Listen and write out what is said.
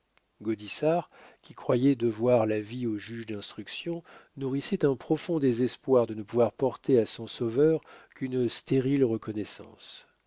l'échafaud gaudissart qui croyait devoir la vie au juge d'instruction nourrissait un profond désespoir de ne pouvoir porter à son sauveur qu'une stérile reconnaissance